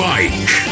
Mike